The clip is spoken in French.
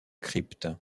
crypte